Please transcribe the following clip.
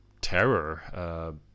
terror